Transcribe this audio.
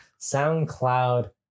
soundcloud